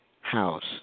house